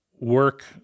work